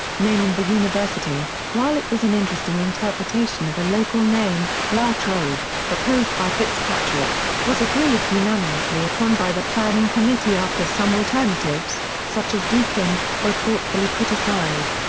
naming the university while it was an interesting interpretation of a local name, la trobe, proposed by fitzpatrick, was agreed unanimously upon by the planning committee after some alternatives, such as deakin, were thoughtfully put aside.